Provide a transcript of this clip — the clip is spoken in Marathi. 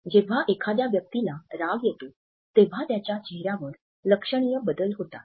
जेव्हा एखाद्या व्यक्तीला राग येतो तेव्हा त्याच्या चेहऱ्यावर लक्षणीय बदल होतात